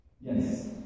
Yes